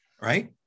right